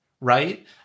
right